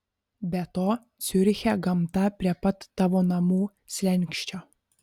be to ciuriche gamta prie pat tavo namų slenksčio